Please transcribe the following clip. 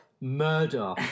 murder